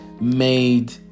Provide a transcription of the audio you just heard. made